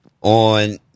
on